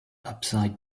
upside